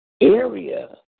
area